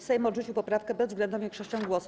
Sejm odrzucił poprawkę bezwzględną większością głosów.